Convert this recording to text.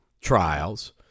trials